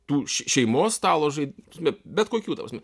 tų šeimos stalo žaid ta prasme bet kokių ta prasme